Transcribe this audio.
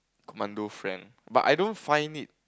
commando friend but I don't find it